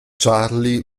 charlie